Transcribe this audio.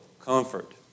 Comfort